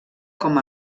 com